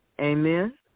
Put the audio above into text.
Amen